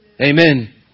Amen